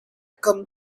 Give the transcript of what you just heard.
kam